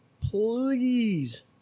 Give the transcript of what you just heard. please